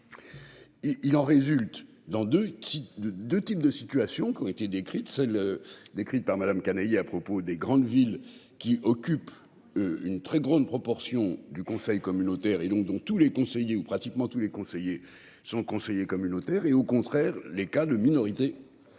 Il en résulte dans de de 2 types de situations qui ont été décrites celle décrite par Madame Canayer à propos des grandes villes qui occupe. Une très grande proportion du conseil communautaire et donc dont tous les conseillers ou pratiquement tous les conseillers son conseiller communautaire et au contraire, les cas de minorité.